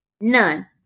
none